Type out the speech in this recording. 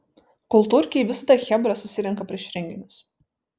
kultūrkėj visada chebra susirenka prieš renginius